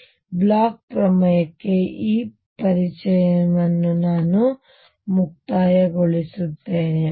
ಹಾಗಾಗಿ ಬ್ಲೋಚ್ ಪ್ರಮೇಯಕ್ಕೆ ಈ ಪರಿಚಯವನ್ನು ನಾನು ಮುಕ್ತಾಯಗೊಳಿಸುತ್ತೇನೆ